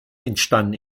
entstanden